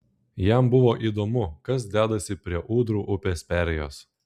jam buvo įdomu kas dedasi prie ūdrų upės perėjos